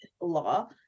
law